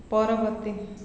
ପରବର୍ତ୍ତୀ